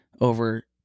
over